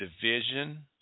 division